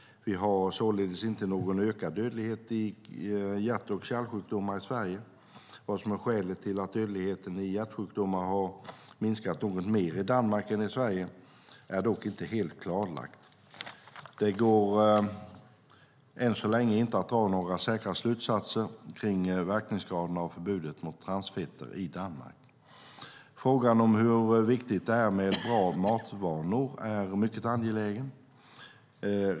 Vi har således inte någon ökad dödlighet i hjärt och kärlsjukdomar i Sverige. Vad som är skälet till att dödligheten i hjärtsjukdomar har minskat något mer i Danmark än i Sverige är inte helt klarlagt. Det går än så länge inte att dra några säkra slutsatser kring verkningsgraden av förbudet mot transfetter i Danmark. Frågan om hur viktigt det är med bra matvanor är mycket angelägen.